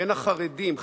בין החרדים,